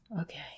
okay